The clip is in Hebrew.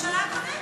בממשלה הקודמת,